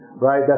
right